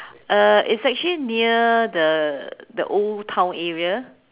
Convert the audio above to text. uh it's actually near the the old town area